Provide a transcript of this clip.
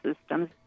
systems